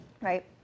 right